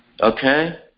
Okay